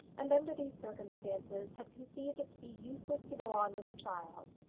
and under these circumstances had conceived it to be useless to go on with the trial.